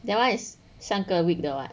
that one is 上个 week 的 [what]